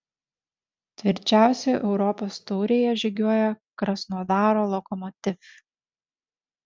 tvirčiausiai europos taurėje žygiuoja krasnodaro lokomotiv